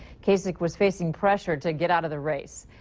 kasich was facing pressure to get out of the race.